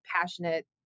passionate